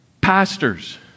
pastors